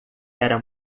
era